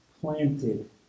planted